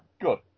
good